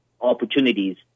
opportunities